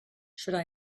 should